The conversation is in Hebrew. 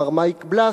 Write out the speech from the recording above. מר מייק בלס,